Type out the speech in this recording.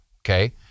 okay